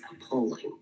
appalling